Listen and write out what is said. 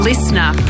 Listener